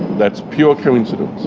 that's pure coincidence.